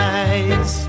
eyes